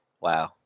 Wow